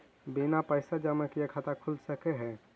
बिना पैसा जमा किए खाता खुल सक है?